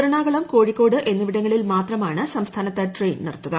എറണാകുളം കോഴിക്കോട് എന്നിവിടങ്ങളിൽ മാത്രമാണ് സംസ്ഥാനത്ത് ട്രെയിൻ നിർത്തുക